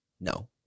no